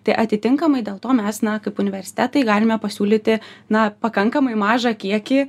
tai atitinkamai dėl to mes na kaip universitetai galime pasiūlyti na pakankamai mažą kiekį